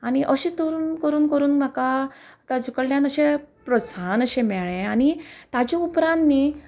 अशें करून करून करून म्हाका ताजे कडल्यान अशें प्रोत्साहन अशें मेळ्ळें आनी ताजे उपरांत न्ही